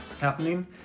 happening